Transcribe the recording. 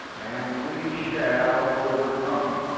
and we shall overcome.